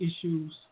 issues